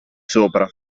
sopra